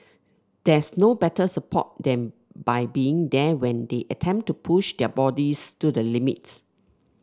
there's no better support than by being there when they attempt to push their bodies to the limit